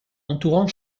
entourant